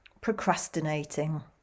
procrastinating